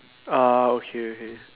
ah okay okay